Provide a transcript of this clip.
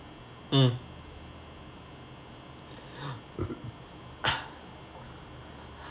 mm